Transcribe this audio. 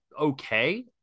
okay